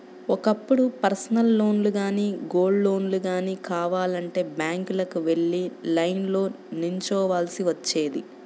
ఒకప్పుడు పర్సనల్ లోన్లు గానీ, గోల్డ్ లోన్లు గానీ కావాలంటే బ్యాంకులకు వెళ్లి లైన్లో నిల్చోవాల్సి వచ్చేది